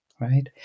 right